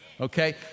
okay